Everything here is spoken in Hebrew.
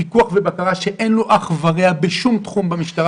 פיקוח ובקרה שאין לו אח ורע בשום תחום במשטרה,